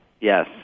Yes